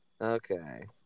Okay